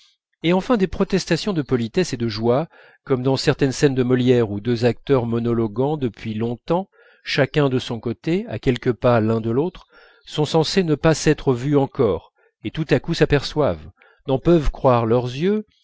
et enfin des protestations de politesse et de joie comme dans certaines pièces de molière où deux acteurs monologuant depuis longtemps chacun de son côté à quelques pas l'un de l'autre sont censés ne pas s'être vus encore et tout à coup s'aperçoivent n'en peuvent croire leurs yeux